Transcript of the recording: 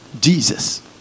Jesus